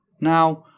now,